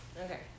Okay